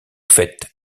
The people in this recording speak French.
fait